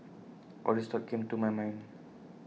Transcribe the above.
all these thoughts came to my mind